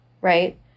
right